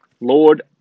Lord